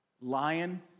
Lion